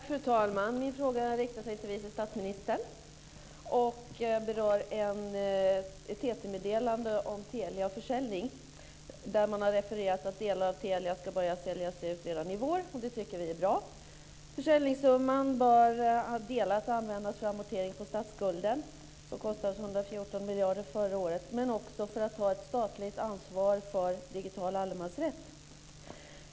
Fru talman! Min fråga riktar sig till vice statsministern och berör ett TT-meddelande om försäljningen av Telia. Man har refererat att delar av Telia ska börja säljas ut redan i vår. Det tycker vi är bra. Försäljningssumman ska delat användas till amorteringen av statsskulden, som kostade oss 114 miljarder förra året, och också till att ta ett statligt ansvar för digital allemansrätt.